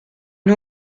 nhw